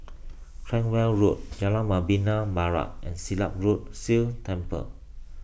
Cranwell Road Jalan Membina Barat and Silat Road Sikh Temple